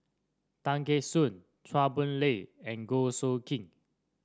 Tay Kheng Soon Chua Boon Lay and Goh Soo Khim